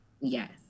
Yes